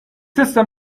sister